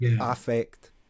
affect